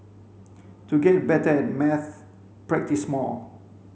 to get better at maths practise more